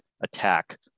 attack